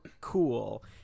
cool